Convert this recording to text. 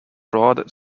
broad